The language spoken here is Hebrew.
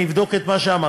אני אבדוק את מה שאמרתם,